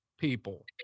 people